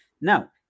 Now